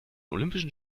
olympischen